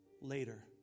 later